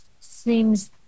seems